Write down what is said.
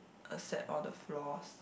accept all the flaws